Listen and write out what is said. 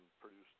produced